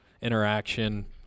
interaction